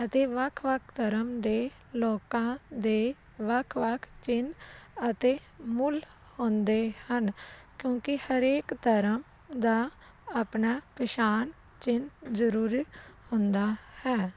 ਅਤੇ ਵੱਖ ਵੱਖ ਧਰਮ ਦੇ ਲੋਕਾਂ ਦੇ ਵੱਖ ਵੱਖ ਚਿੰਨ੍ਹ ਅਤੇ ਮੂਲ ਆਉਂਦੇ ਹਨ ਕਿਉਂਕਿ ਹਰੇਕ ਧਰਮ ਦਾ ਆਪਣਾ ਪਛਾਣ ਚਿੰਨ ਜ਼ਰੂਰੀ ਹੁੰਦਾ ਹੈ